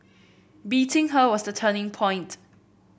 beating her was the turning point